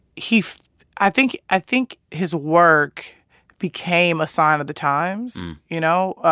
he i think i think his work became a sign of the times, you know?